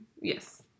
yes